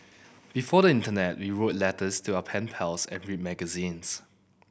before the internet we wrote letters to our pen pals and read magazines